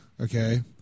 okay